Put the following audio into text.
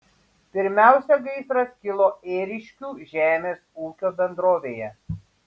pirmiausia gaisras kilo ėriškių žemės ūkio bendrovėje